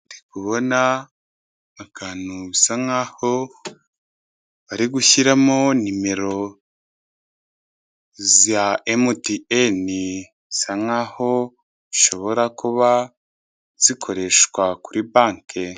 Ndikubona akantu bisa nkaho ari gushyiramo nimero za MTN bisa nkaho zishobora kuba zikoreshwa kuri banke.